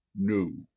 new